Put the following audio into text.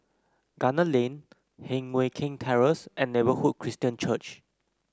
Gunner Lane Heng Mui Keng Terrace and Neighbourhood Christian Church